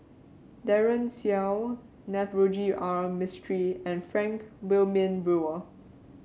Daren Shiau Navroji R Mistri and Frank Wilmin Brewer